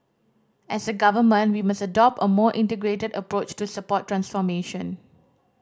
as a Government we must adopt a more integrated approach to support transformation